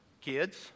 Kids